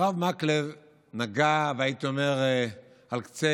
הרב מקלב נגע, הייתי אומר, על קצה